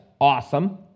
awesome